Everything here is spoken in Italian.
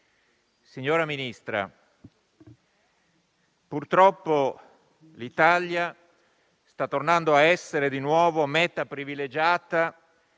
signora Ministra, purtroppo l'Italia sta tornando a essere di nuovo meta privilegiata